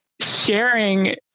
sharing